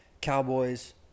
Cowboys